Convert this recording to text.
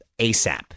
ASAP